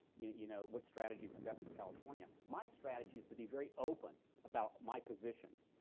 you know, what strategy's the best for california. my strategy is to be very open about my positions.